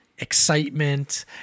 excitement